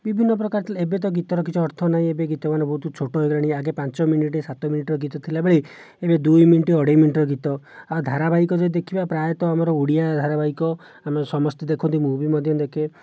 ବିଭିନ୍ନ ପ୍ରକାର ଥିଲା ଏବେ ତ ଗୀତର କିଛି ଅର୍ଥ ନାହିଁ ଏବେ ଗୀତ ମାନେ ବହୁତ ଛୋଟ ହୋଇଗଲେଣି ଆଗେ ପାଞ୍ଚ ମିନିଟ୍ ସାତ ମିନିଟ୍ର ଗୀତ ଥିଲାବେଳେ ଏବେ ଦୁଇ ମିନିଟ୍ ଅଢ଼େଇ ମିନିଟ୍ର ଗୀତ ଆଉ ଧାରାବାହିକ ଯଦି ଦେଖିବା ପ୍ରାୟତଃ ଆମର ଓଡ଼ିଆ ଧାରାବାହିକ ଆମେ ସମସ୍ତେ ଦେଖନ୍ତି ମୁଁ ବି ମଧ୍ୟ ଦେଖେ